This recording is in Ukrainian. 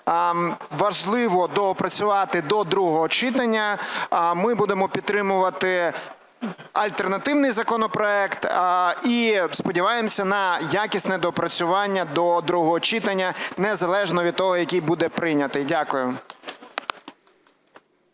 важливо доопрацювати до другого читання. Ми будемо підтримувати альтернативний законопроект і сподіваємося на якісне доопрацювання до другого читання належно від того, який буде прийнятий. Дякую.